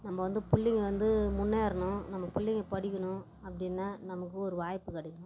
நம்ம வந்து பிள்ளைங்க வந்து முன்னேறணும் நம்ம பிள்ளைங்க படிக்கணும் அப்படின்னா நமக்கு ஒரு வாய்ப்பு கிடைக்கணும்